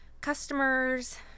customers